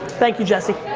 thank you, jesse.